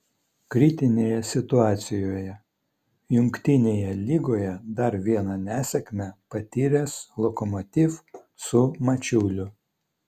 kritinėje situacijoje jungtinėje lygoje dar vieną nesėkmę patyręs lokomotiv su mačiuliu